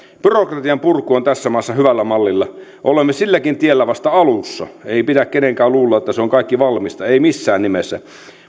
byrokratian purku on tässä maassa hyvällä mallilla olemme silläkin tiellä vasta alussa ei pidä kenenkään luulla että se on kaikki valmista ei missään nimessä